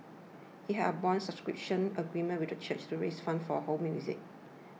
it had a bond subscription agreement with the church to raise funds for Ho's music